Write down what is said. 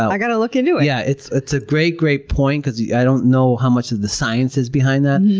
i gotta look into it. yeah it's a ah great, great point, because yeah i don't know how much of the science is behind that,